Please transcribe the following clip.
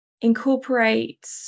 incorporate